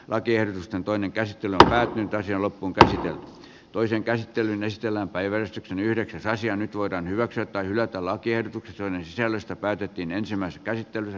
lakiehdotusten toinen käsittelee lääkintä ja lopun käsi ja toisen käsittelyn estellään päivän yhdeksäs asia nyt voidaan hyväksyä tai hylätä lakiehdotukset joiden sisällöstä päätettiin ensimmäiset käyttö ja